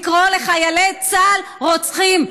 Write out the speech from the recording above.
לקרוא לחיילי רוצחים,